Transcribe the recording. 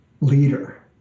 leader